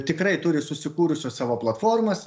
tikrai turi susikūrusios savo platformas